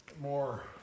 more